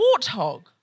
warthog